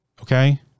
okay